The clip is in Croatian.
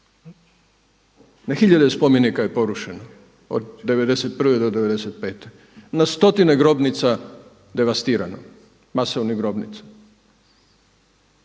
Na hiljade je spomenika porušeno od 91. do 95., na stotine grobnica devastirano, masovnih grobnica,